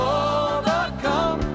overcome